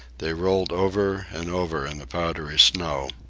they rolled over and over in the powdery snow.